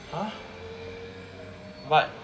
!huh! but